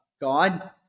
God